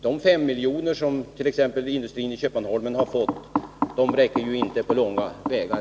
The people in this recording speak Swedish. De 5 miljonerna för t.ex. nedläggningen av industrin i Köpmanholmen räcker ju inte på långt när.